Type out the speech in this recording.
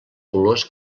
colors